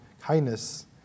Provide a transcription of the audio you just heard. kindness